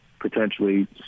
potentially